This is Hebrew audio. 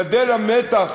גדל המתח